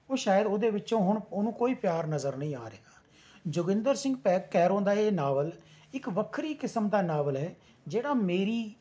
ਉਹ ਸ਼ਾਇਦ ਉਹਦੇ ਵਿਚੋਂ ਹੁਣ ਉਹਨੂੰ ਕੋਈ ਪਿਆਰ ਨਜ਼ਰ ਨਹੀਂ ਆ ਰਿਹਾ ਜੋਗਿੰਦਰ ਸਿੰਘ ਪੈ ਕੈਰੋਂ ਦਾ ਇਹ ਨਾਵਲ ਇੱਕ ਵੱਖਰੀ ਕਿਸਮ ਦਾ ਨਾਵਲ ਹੈ ਜਿਹੜਾ ਮੇਰੀ